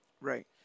Right